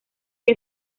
que